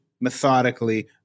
methodically